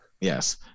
Yes